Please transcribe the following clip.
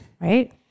Right